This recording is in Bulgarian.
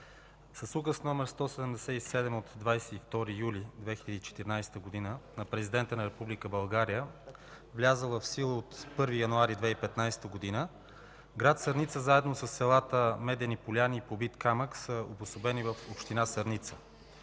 С Указ № 177 от 22 юли 2014 г. на Президента на Република България, влязъл в сила от 1 януари 2015 г., град Сърница заедно със селата Медени поляни и Побит камък са обособени в община Сърница.